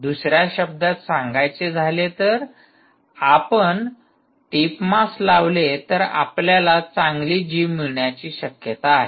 दुसऱ्या शब्दांत सांगायचे झाले तर जर आपण टिप मास लावले तर आपल्याला चांगली जी मिळण्याची शक्यता आहे